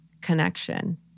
connection